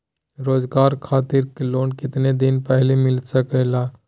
रोजगार खातिर लोन कितने दिन पहले मिलता सके ला?